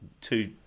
two